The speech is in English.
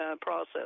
process